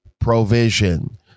provision